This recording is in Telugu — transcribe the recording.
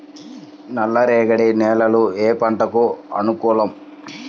నల్లరేగడి నేలలు ఏ పంటలకు అనుకూలం?